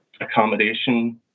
accommodation